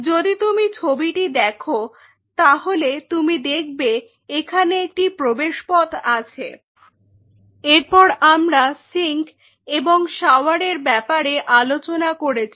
যদি তুমি ছবিটি দেখো তাহলে তুমি দেখবে এখানে একটি প্রবেশ পথ আছে । এরপর আমরা সিঙ্ক এবং শাওয়ার এর ব্যাপারে আলোচনা করেছি